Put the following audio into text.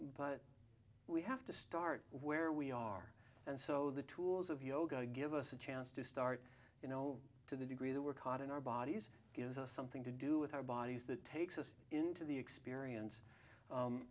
but we have to start where we are and so the tools of yoga give us a chance to start you know to the degree that we're caught in our bodies gives us something to do with our bodies that takes us into the experience